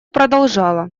продолжала